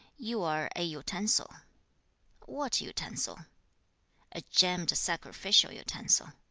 you are a utensil what utensil a gemmed sacrificial utensil